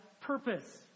purpose